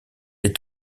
est